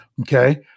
Okay